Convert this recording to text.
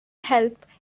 help